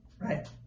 Right